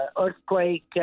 earthquake